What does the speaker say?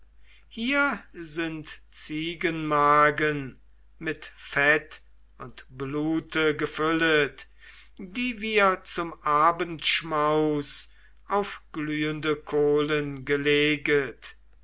hier sind ziegenmagen mit fett und blute gefüllet die wir zum abendschmaus auf glühende kohlen geleget